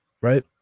right